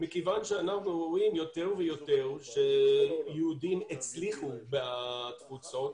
מכיוון שאנחנו רואים יותר ויותר שיהודים הצליחו בתפוצות,